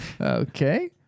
Okay